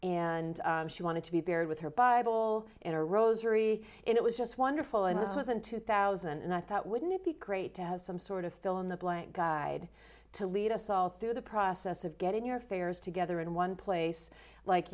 and she wanted to be buried with her bible in a rosary it was just wonderful and this was in two thousand and i thought wouldn't it be great to have some sort of fill in the blank guide to lead us all through the process of getting your affairs together in one place like